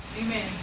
Amen